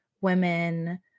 women